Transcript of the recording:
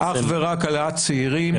אך ורק העלאת צעירים,